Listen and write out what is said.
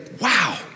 wow